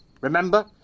Remember